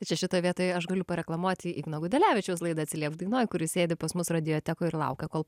čia šitoj vietoj aš galiu pareklamuoti igno gudelevičiaus laidą atsiliepk dainoj kuri sėdi pas mus radiotekoj ir laukia kol